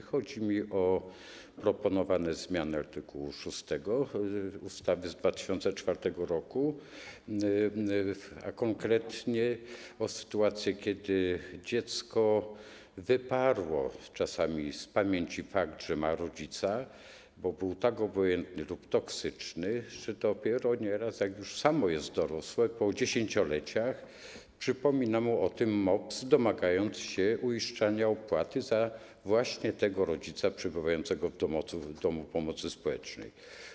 Chodzi mi o proponowane zmiany art. 6 ustawy z 2004 r., a konkretnie o sytuacje, kiedy dziecko wyparło czasami z pamięci fakt, że ma rodzica, bo był tak obojętny lub toksyczny, że nieraz dopiero wtedy, gdy już samo jest dorosłe, po dziesięcioleciach, przypomina mu o tym MOPS, domagając się uiszczenia opłaty za tego rodzica przebywającego w domu pomocy społecznej.